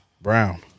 Brown